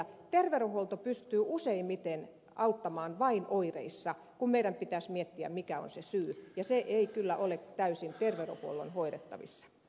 terveydenhuolto pystyy useimmiten auttamaan vain oireissa kun meidän pitäisi miettiä mikä on se syy ja se ei kyllä ole täysin terveydenhuollon hoidettavissa